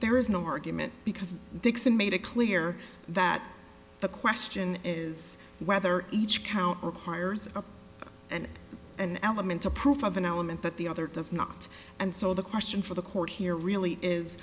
there is no argument because dixon made it clear that the question is whether each count requires a and an element to proof of an element that the other does not and so the question for the court here really is